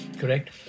correct